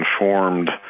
informed